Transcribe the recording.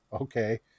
Okay